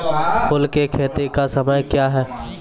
फुल की खेती का समय क्या हैं?